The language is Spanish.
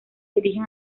dirigen